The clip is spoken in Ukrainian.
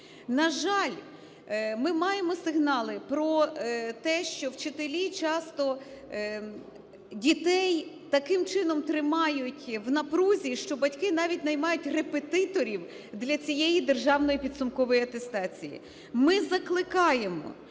На жаль, ми маємо сигнали про те, що вчителі часто дітей таким чином тримають в напрузі, що батьки навіть наймають репетиторів для цієї державної підсумкової атестації. Ми закликаємо,